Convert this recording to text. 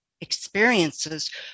experiences